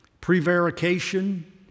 prevarication